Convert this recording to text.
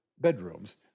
bedrooms